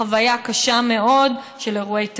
חוויה קשה מאוד של אירועי טרור,